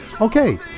okay